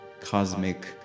cosmic